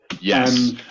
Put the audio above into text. yes